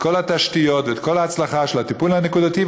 כל התשתיות ואת כל ההצלחה של הטיפול הנקודתי.